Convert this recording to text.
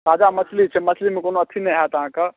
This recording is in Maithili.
ताजा मछली छै मछलीमे कोनो अथी नहि हैत अहाँके